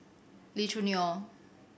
Lee Choo Neo